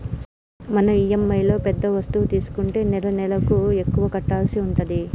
మనం ఇఎమ్ఐలో పెద్ద వస్తువు తీసుకుంటే నెలనెలకు ఎక్కువ కట్టాల్సి ఉంటది